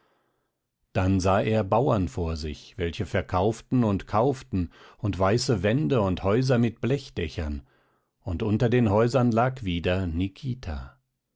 dann sah er bauern vor sich welche verkauften und kauften und weiße wände und häuser mit blechdächern und unter den häusern lag wieder nikita